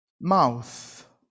Mouth